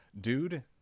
dude